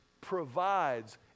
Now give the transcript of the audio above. provides